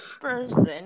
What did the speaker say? person